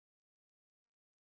what the